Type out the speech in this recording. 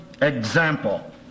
example